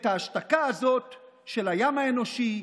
את ההשתקה הזאת של הים האנושי,